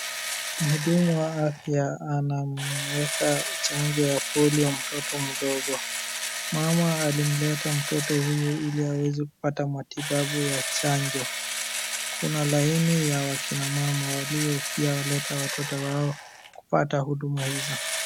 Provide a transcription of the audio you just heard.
Mhudumu wa afya anamuweka chanjo ya polio mtoto mdogo. Mama alimleta mtoto huyu ili aweze kupata matibabu ya chanjo. Kuna laini ya wakina mama walio pia waleta watoto wao kupata huduma hizo.